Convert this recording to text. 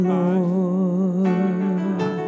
Lord